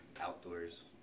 outdoors